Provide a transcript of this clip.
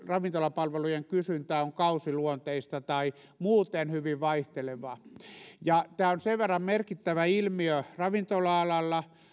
ravintolapalvelujen kysyntä on kausiluonteista tai muuten hyvin vaihtelevaa tämä on sen verran merkittävä ilmiö ravintola alalla